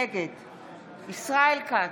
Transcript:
נגד ישראל כץ,